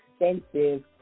extensive